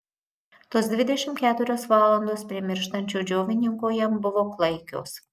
tos dvidešimt keturios valandos prie mirštančio džiovininko jam buvo klaikios